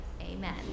amen